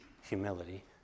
humility